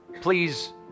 Please